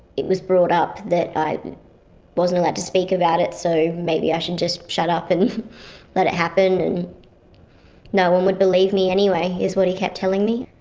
it was brought up that i wasn't allowed to speak about it, so maybe i should just shut up and let it happen, and no-one would believe believe me anyway is what he kept telling me.